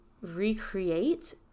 recreate